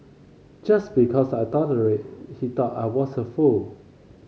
just because I tolerated he thought I was a fool